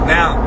Now